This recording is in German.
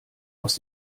aus